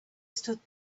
stood